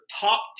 top